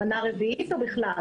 בפועל,